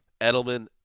Edelman